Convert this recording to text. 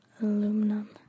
aluminum